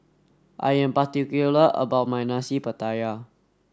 I am particular about my Nasi Pattaya